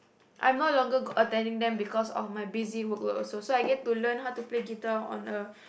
I'm no longer attending them because of my busy work load also so I get to learn how to play guitar on a